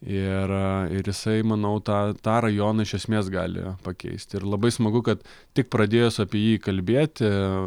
ir ir jisai manau tą tą rajoną iš esmės gali pakeisti ir labai smagu kad tik pradėjus apie jį kalbėti